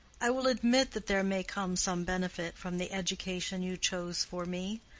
i will admit that there may come some benefit from the education you chose for me.